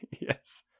Yes